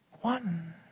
One